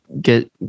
get